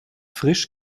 frisch